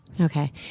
Okay